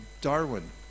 Darwin